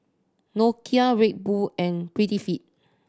Nokia Red Bull and Prettyfit